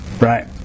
Right